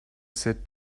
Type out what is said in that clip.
sit